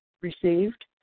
received